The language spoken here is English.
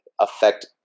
affect